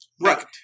Right